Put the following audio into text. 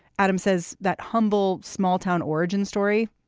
adam says that humble small town origin story.